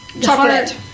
chocolate